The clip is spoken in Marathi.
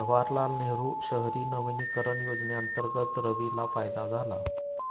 जवाहरलाल नेहरू शहरी नवीकरण योजनेअंतर्गत रवीला फायदा झाला